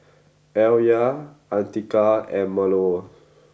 Alya Andika and Melur